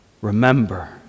remember